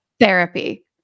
Therapy